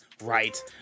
right